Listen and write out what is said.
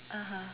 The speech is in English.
(uh huh)